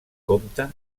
compta